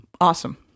awesome